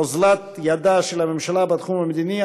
אוזלת ידה של הממשלה בתחום המדיני,